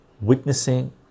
witnessing